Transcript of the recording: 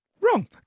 Wrong